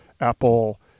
Apple